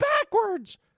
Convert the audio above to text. backwards